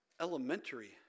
elementary